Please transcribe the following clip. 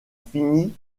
finit